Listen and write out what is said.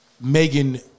Megan